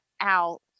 out